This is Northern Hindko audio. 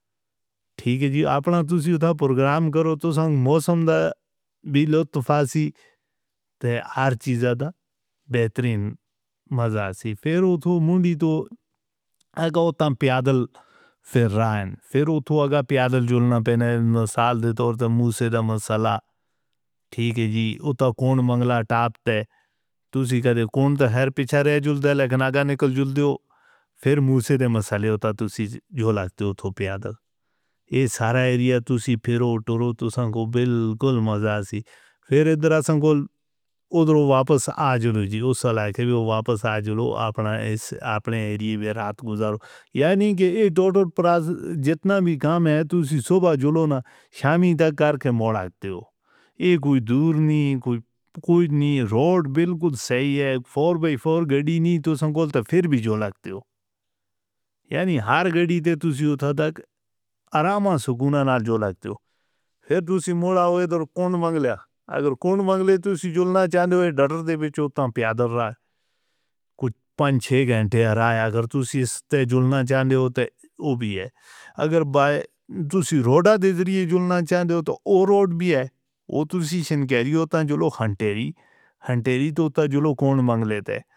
ٹھیک ہے جی آپنا تسی ادھا پروگرام کرو تسان موسم دا بھی لو تفاصی تے ہر چیز دا بہترین مزہ سی۔ پھر اتھو مندی توں اک اوتھاں پیادل پھیر رہے ہیں، پھر اتھو اگہ پیادل جولنا پینا ہے سال دے طور تے موسیٰ دا مسئلہ ٹھیک ہے جی۔ اتھا کون منگلا ٹاپ تے تسی کدے کون تا ہر پچھے رہ جندے لیکن آگہ نکل جندے ہو۔ پھر موسیٰ دے مسئلے اتھا تسی جولہ کرتے ہو، اتھو پیادک ای سارا ایریہ تسی پھر اوہ ٹوروں تسان کو بلکل مزہ سی۔ پھر ادھرہ سان کو ادھرہ واپس آ جڑو جی اس علاقے بھی واپس آ جڑو اپنے ایریے ویرات گزارو، یعنی کہ ایک توٹوڑ جتنا بھی کام ہے تسی صبح جڑو نہ شامیں تک کار کے موڑ آتے ہو۔ ایک کوئی دور نہیں، کوئی نہیں روڈ بلکل صحیح ہے۔ فور بائی فور گڑی نہیں تسان کو تا پھر بھی جڑو لگتے ہو، یعنی ہر گڑی تے تسی اتھا تک آراماں سکوناں نار جڑو لگتے ہو۔ پھر تسی مور آوے ادھر کون منگ لیا، اگر کون منگ لے تسی جڑنا چاہندے ہو۔ ڈٹر دے بچو اتھا پیادل رو کچھ پانچ چھ گھنٹے روئے، اگر تسی اس تے جڑنا چاہندے ہو تو وہ بھی ہے۔ اگر بائے تسی روڈہ دے ذریعے جڑنا چاہندے ہو تو او روڈ بھی ہے، وہ تسی شنکھیری اتھا جڑو ہنٹیری ہنٹیری تے اتھا جڑو کون منگ لیتے۔